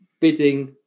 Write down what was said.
bidding